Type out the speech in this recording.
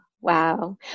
wow